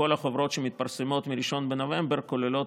בכל החוברות שמתפרסמות מ-1 בנובמבר כוללות